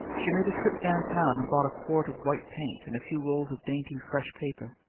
she made a trip downtown and bought a quart of white paint and a few rolls of dainty, fresh paper.